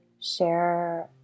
share